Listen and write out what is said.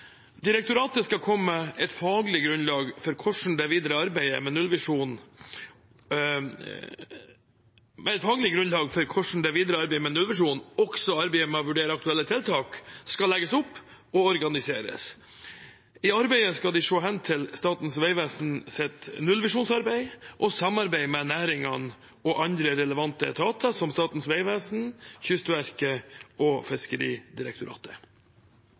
Direktoratet skal komme med et faglig grunnlag for hvordan det videre arbeidet med nullvisjonen, også arbeidet med å vurdere aktuelle tiltak, skal legges opp og organiseres. I arbeidet skal de se hen til Statens vegvesens nullvisjonsarbeid og samarbeide med næringene og andre relevante etater, som Statens vegvesen, Kystverket og Fiskeridirektoratet.